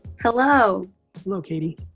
hello. hello katee.